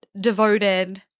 devoted